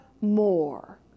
more